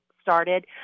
started